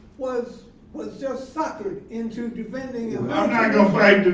was was just suckered into defending and i'm not gonna gonna fight